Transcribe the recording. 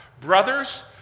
Brothers